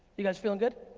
you guys feeling good?